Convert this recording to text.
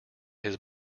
his